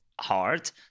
hard